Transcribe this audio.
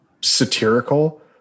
satirical